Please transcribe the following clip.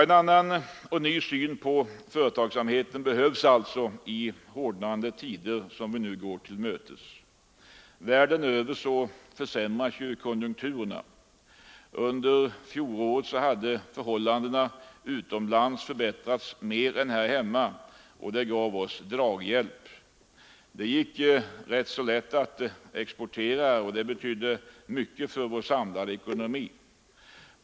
En annan och ny syn på företagsamheten behövs alltså i de hårdnande tider vi nu går till mötes. Världen över försämras konjunkturerna. Under fjolåret hade förhållandena utomlands förbättrats mer än här hemma, och det gav oss draghjälp. Det gick ganska lätt att exportera, och det betydde mycket för vår samlade ekonomi.